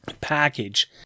package